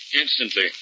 Instantly